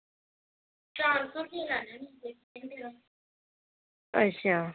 अच्छा